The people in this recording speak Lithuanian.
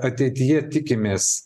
ateityje tikimės